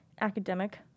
academic